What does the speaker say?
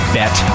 bet